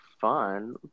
fun